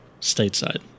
stateside